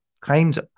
claims